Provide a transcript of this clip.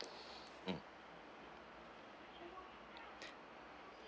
mm